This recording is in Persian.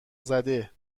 زده